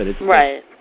Right